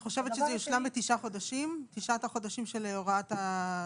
את חושבת שזה יושלם בתשעת החודשים של הוראת השעה?